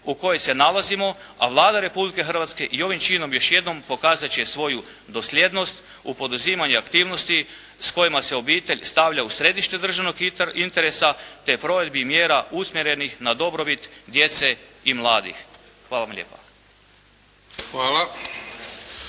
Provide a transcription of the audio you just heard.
u kojoj se nalazimo, a Vlada Republike Hrvatske i ovim činom još jednom pokazat će svoju dosljednost u poduzimanju aktivnosti s kojima se obitelj stavlja u središte državnog interesa, te provedbi i mjera usmjerenih na dobrobit djece i mladih. Hvala vam lijepa.